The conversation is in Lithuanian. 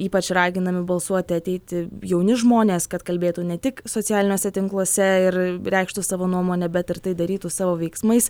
ypač raginami balsuoti ateiti jauni žmonės kad kalbėtų ne tik socialiniuose tinkluose ir reikštų savo nuomonę bet ir tai darytų savo veiksmais